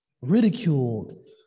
ridiculed